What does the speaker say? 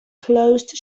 closed